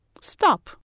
stop